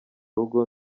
rugo